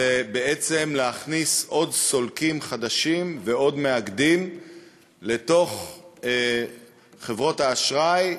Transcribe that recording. זה בעצם להכניס עוד סולקים חדשים ועוד מאגדים לתוך חברות האשראי,